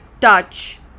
touch